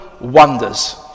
wonders